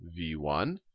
v1